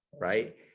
right